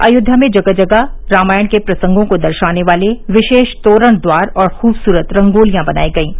अयोध्या में जगह जगह रामायण के प्रसंगों को दर्शाने वाले विशेष तोरण द्वार और खूबसूरत रंगोलियां बनायी गयीं